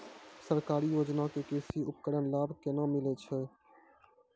सरकारी योजना के कृषि उपकरण लाभ केना मिलै छै?